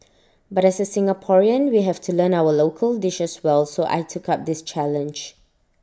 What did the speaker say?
but as A Singaporean we have to learn our local dishes well so I took up this challenge